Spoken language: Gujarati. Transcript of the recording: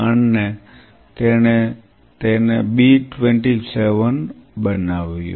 અને તેણે તેને બી 27 બનાવ્યું